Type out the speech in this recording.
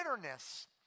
bitterness